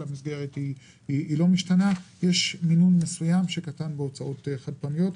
יש מימון מסוים שקטן בהוצאות החד-פעמיות.